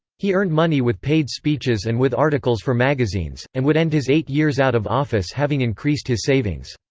he earned money with paid speeches and with articles for magazines, and would end his eight years out of office having increased his savings.